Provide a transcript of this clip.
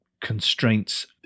constraints